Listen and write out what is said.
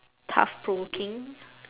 tough Pro King